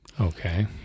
Okay